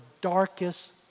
darkest